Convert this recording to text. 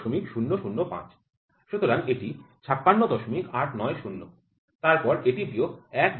সুতরাং এটি ৫৬৮৯০ তারপর এটি বিয়োগ ১০৯